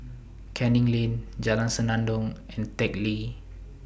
Canning Lane Jalan Senandong and Teck Lee